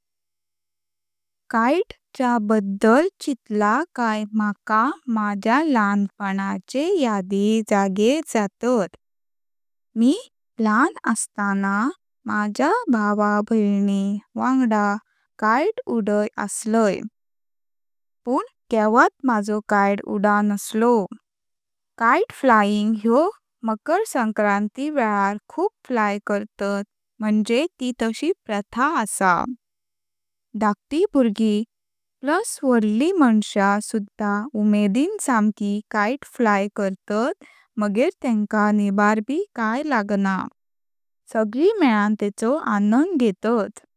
काइटेच्या बद्दल चितला काय मका माझ्या लहानपणाचे यादि जागे जातात। मी लहान असताना माझ्या भावाभैणी वांगडा काइटे उडयि आसलय, पण केवत मजो काइटे उडा नसलो। काइटे फ्लाइट होयो मकर संक्रांती वेळार खूप फ्लाय करतात म्हणजे ते तशी प्रथा असा, धाकटी भुर्गी प्लस व्होडली मानसा सुद्धा उमेदिन समकी काइटे फ्लाय करतात, मगर तेंका निभार बी काय लागत। सगळी मेलां टेकों आनंद घेतात।